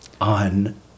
on